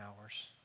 hours